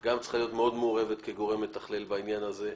שגם צריכה להיות מאוד מעורבת כגורם מתכלל בעניין הזה.